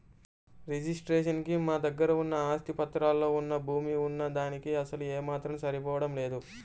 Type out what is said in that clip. registration కి మా దగ్గర ఉన్న ఆస్తి పత్రాల్లో వున్న భూమి వున్న దానికీ అసలు ఏమాత్రం సరిపోడం లేదు